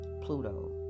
Pluto